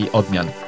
odmian